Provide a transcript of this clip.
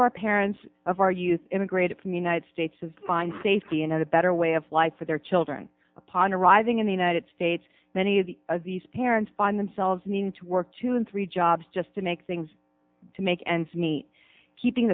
of our parents of our youth immigrated from united states of find safety and a better way of life for their children upon arriving in the united states many of the of these parents find themselves need to work two and three jobs just to make things to make ends meet keeping